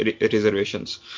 reservations